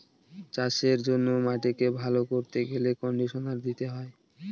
চাষের জন্য মাটিকে ভালো করতে গেলে কন্ডিশনার দিতে হয়